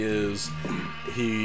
is—he